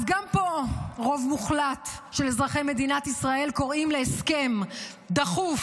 אז גם פה רוב מוחלט של אזרחי מדינת ישראל קוראים להסכם דחוף,